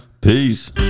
Peace